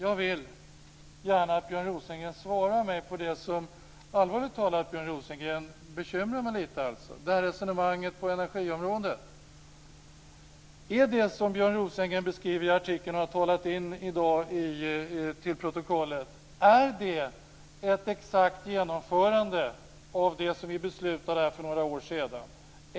Jag vill gärna att Björn Rosengren svarar mig på det som - allvarligt talat, Björn Rosengren - bekymrar mig lite, nämligen resonemanget på energiområdet. Är det som Björn Rosengren beskriver i artikeln och har talat in i dag till protokollet ett exakt genomförande av det vi beslutade här för några år sedan?